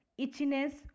itchiness